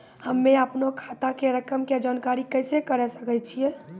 हम्मे अपनो खाता के रकम के जानकारी कैसे करे सकय छियै?